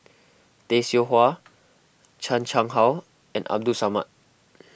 Tay Seow Huah Chan Chang How and Abdul Samad